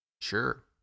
sure